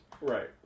Right